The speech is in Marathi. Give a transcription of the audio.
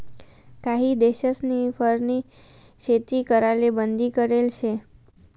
काही देशस्नी फरनी शेती कराले बंदी करेल शे